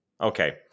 Okay